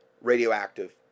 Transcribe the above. radioactive